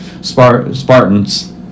Spartans